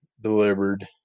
delivered